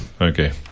Okay